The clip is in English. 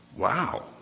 wow